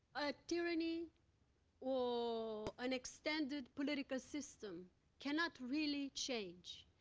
a tyranny or an extended political system cannot really change,